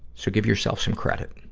so give yourself some credit.